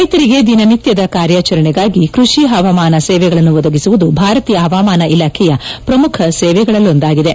ರೈತರಿಗೆ ದಿನನಿತ್ಯದ ಕಾರ್ಯಾಚರಣೆಗಳಿಗಾಗಿ ಕೈಷಿ ಹವಾಮಾನ ಸೇವೆಗಳನ್ನು ಒದಗಿಸುವುದು ಭಾರತೀಯ ಹವಾಮಾನ ಇಲಾಖೆಯ ಪ್ರಮುಖ ಸೇವೆಗಳಲ್ಲೊಂದಾಗಿದೆ